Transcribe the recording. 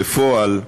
בפועל,